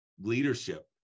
leadership